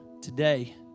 today